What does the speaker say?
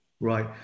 Right